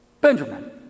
Benjamin